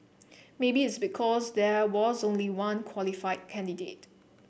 maybe it's because there was only one qualified candidate